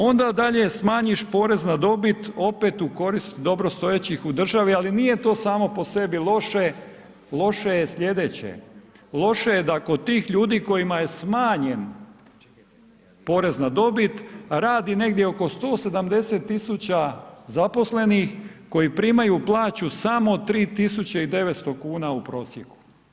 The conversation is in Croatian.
Onda dalje smanjiš porez na dobit opit u korist dobrostojećih u državi, ali nije to samo po sebi loše, loše je sljedeće, loše je da kod tih ljudi kojima je smanjen porez na dobit radi negdje oko 170000 zaposlenih koji primaju plaću samo 3.900 kuna u prosjeku.